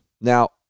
Now